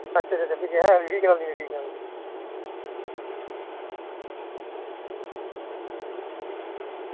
ᱟᱪᱪᱷᱟ ᱟᱪᱪᱷᱟ ᱟᱪᱪᱷᱟ ᱴᱷᱤᱠᱜᱮᱭᱟ ᱦᱮᱸ ᱨᱮᱰᱤᱭ ᱠᱟᱱᱟᱞᱤᱧ ᱨᱮᱰᱤᱭ ᱠᱟᱱᱟᱞᱤᱧ